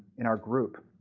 in our group.